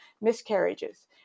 miscarriages